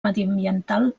mediambiental